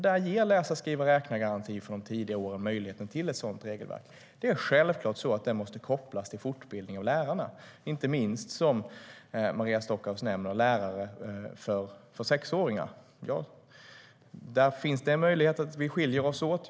Där ger läsa-skriva-räkna-garanti för de tidiga åren möjligheten till ett sådant regelverk. Självklart måste detta kopplas till fortbildning av lärarna, inte minst som Maria Stockhaus nämner för lärare för sexåringar. Det är möjligt att vi skiljer oss åt där.